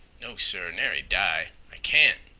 no, sir! nary die! i can't!